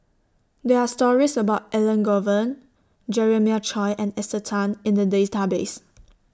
There Are stories about Elangovan Jeremiah Choy and Esther Tan in The Database